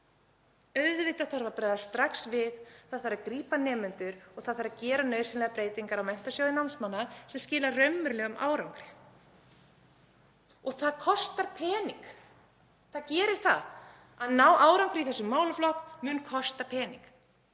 Auðvitað þarf að bregðast strax við. Það þarf að grípa nemendur og það þarf að gera nauðsynlegar breytingar á Menntasjóði námsmanna sem skila raunverulegum árangri. Það kostar pening. Það gerir það. Að ná árangri í þessum málaflokki mun kosta pening.